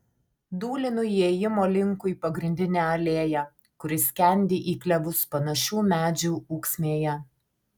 dūlinu įėjimo linkui pagrindine alėja kuri skendi į klevus panašių medžių ūksmėje